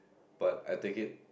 but I take it